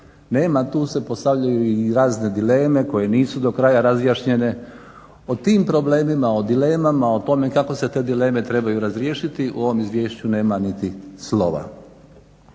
nema. Tu se postavljaju i razne dileme koje nisu do kraja razjašnjenje, o tim problemima, o dilemama, o tome kako se te dileme trebaju razriješiti u ovom izvješću nema niti slova.